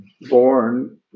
born